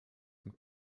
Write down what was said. tym